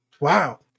wow